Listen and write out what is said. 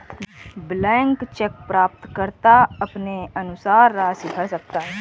blank cheque प्राप्तकर्ता अपने अनुसार राशि भर सकता है